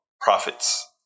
profits